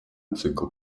цикл